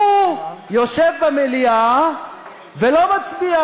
הוא יושב במליאה ולא מצביע.